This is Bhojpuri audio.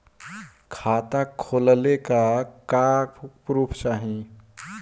खाता खोलले का का प्रूफ चाही?